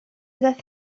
ddaeth